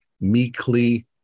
meekly